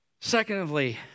Secondly